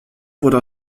wurde